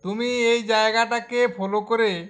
তুমি এই জায়গাটাকে ফলো করে